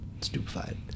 Stupefied